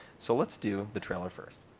so let's do the trailer first.